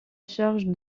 charge